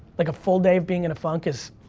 like, a full day of being in a funk is